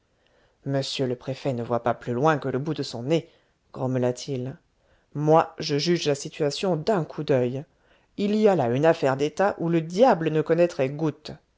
m le préfet ne voit pas plus loin que le bout de son nez grommela-t-il moi je juge la situation d'un coup d'oeil il y a là une affaire d'état où le diable ne connaîtrait goutte